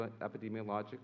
epidemiologic